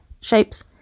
shapes